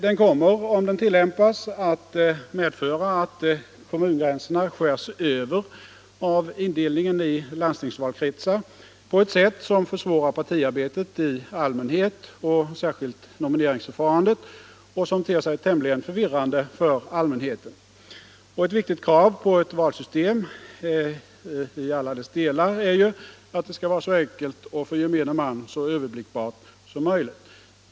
Den kommer, om den tillämpas, att medföra att kommungränserna skärs över av indelningen i landstingsvalkretsar på ett sätt som försvårar partiarbetet i allmänhet och särskilt nomineringsförfarandet och som ter sig tämligen förvirrande för allmänheten. Ett viktigt krav på ett valsystem — i alla dess delar — är att det skall vara så enkelt och för gemene man överblickbart som möjligt.